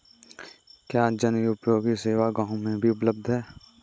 क्या जनोपयोगी सेवा गाँव में भी उपलब्ध है?